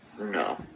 no